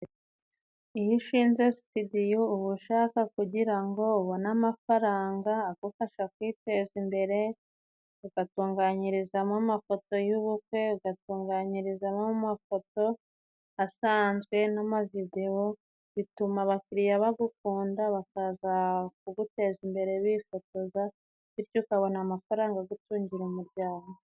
Iyo ushinze sitidiyo, uba ushaka kugira ngo ubone amafaranga agufasha kwiteza imbere, ugatunganyirizamo amafoto y'ubukwe, ugatunganyirizamo amafoto asanzwe n'amavidewo, bituma abakiririya bagukunda, bakaza kuguteza imbere bifotoza, bityo ukabona amafaranga agutungira umuryango.